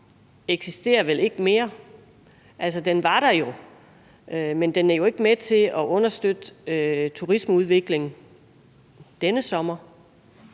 eksisterer mere. Altså, den var der jo, men den er jo ikke med til at understøtte turismeudviklingen denne sommer.